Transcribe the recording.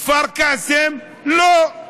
כפר קאסם, לא.